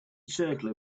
circle